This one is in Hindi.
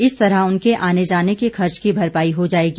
इस तरह उनके आने जाने के खर्च की भरपाई हो जाएगी